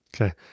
Okay